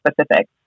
specific